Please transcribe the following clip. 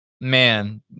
man